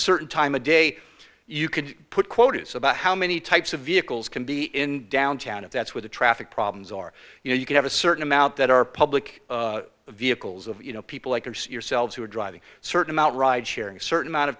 certain time of day you could put quotas about how many types of vehicles can be in downtown if that's where the traffic problems are you know you can have a certain amount that are public vehicles of you know people like yourselves who are driving certain amount ride sharing certain amount of